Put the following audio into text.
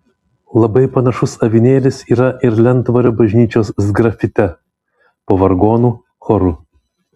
labai panašus avinėlis yra ir lentvario bažnyčios sgrafite po vargonų choru